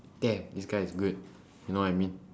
damn this guy is good you know what I mean